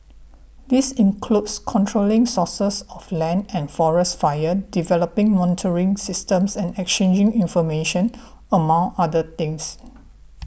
this includes controlling sources of land and forest fires developing monitoring systems and exchanging information among other things